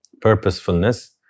purposefulness